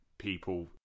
People